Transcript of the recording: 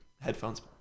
headphones